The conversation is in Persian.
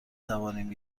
توانیم